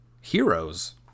heroes